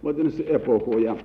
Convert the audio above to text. vadinasi epochoje